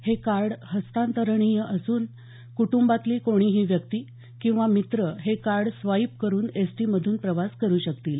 हे कार्ड हस्तांतरणीय असून कुटंबातली कोणीही व्यक्ती किंवा मित्र हे कार्ड स्वाईप करुन एसटीमधून प्रवास करु शकतील